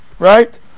Right